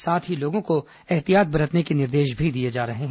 साथ ही लोगों को ऐहतियात बरतने के निर्देश भी दिए जा रहे हैं